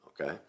okay